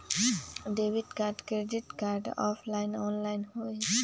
Debit card credit card offline online होई?